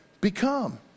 become